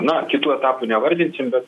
na kitų etapų nevardinsim bet